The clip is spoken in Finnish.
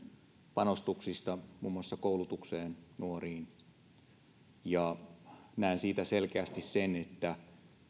panostuksista muun muassa koulutukseen nuoriin ja näen siitä selkeästi sen että